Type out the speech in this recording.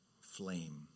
flame